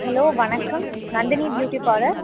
hello வணக்கம் Nandini beauty பாலர்